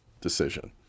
decision